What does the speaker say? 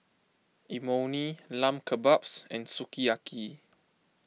Imoni Lamb Kebabs and Sukiyaki